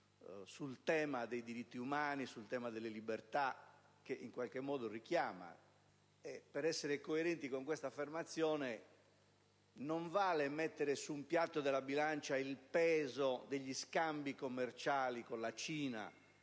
sul tema dei diritti umani e delle libertà. Per essere coerenti con questa affermazione non vale mettere su un piatto della bilancia il peso degli scambi commerciali con la Cina,